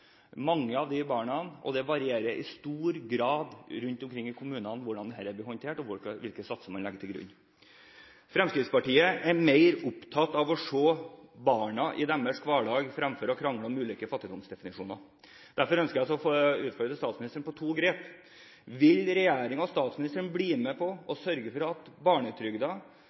og det varierer i stor grad rundt omkring i kommunene hvordan dette blir håndtert, og hvilke satser man legger til grunn. Fremskrittspartiet er mer opptatt av å se barna i deres hverdag fremfor å krangle om ulike fattigdomsdefinisjoner. Derfor ønsker jeg å utfordre statsministeren på to ting: Vil regjeringen og statsministeren bli med på å sørge for at